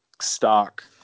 stock